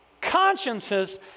consciences